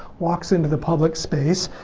walks in to the public space,